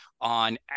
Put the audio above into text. on